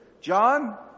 John